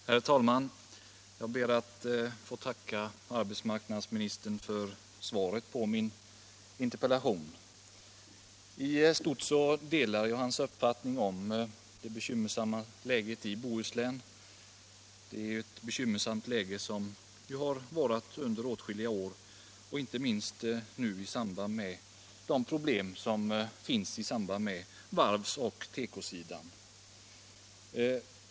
Herr talman! Jag ber att få tacka arbetsmarknadsministern för svaret på min interpellation. I stort delar jag hans uppfattning om det bekymmersamma läget i Bohuslän, som varat i åtskilliga år speciellt i samband med de problem som finns på varvs och tekosidan.